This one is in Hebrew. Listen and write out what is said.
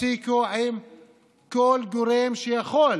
תפסיקו עם כל גורם שיכול